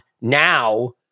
now